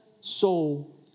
soul